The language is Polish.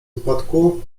upadku